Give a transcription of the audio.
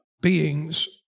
beings